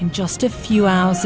in just a few hours